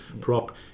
prop